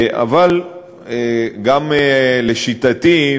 אבל גם לשיטתי,